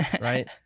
right